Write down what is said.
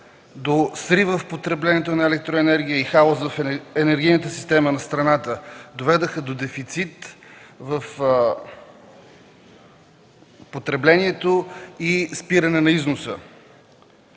до срив в потреблението на електроенергия и хаос в енергийната система на страната, доведоха до дефицит в потреблението и спиране на износа.